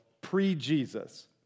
pre-Jesus